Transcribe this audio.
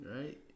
right